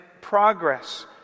progress